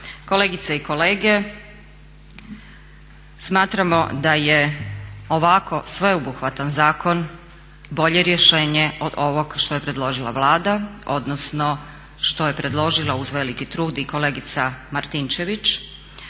Kolegice i kolege, smatramo da je ovako sveobuhvatan zakon bolje rješenje od ovog što je predložila Vlada odnosno što je predložila uz veliki trud i kolegica Martinčević.